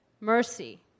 mercy